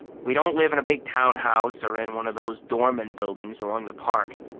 we don't live in a big townhouse or in one of those doorman buildings along the park.